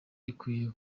ikwiye